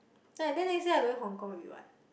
like then they say I going Hong Kong already what